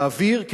להעביר,